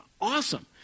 Awesome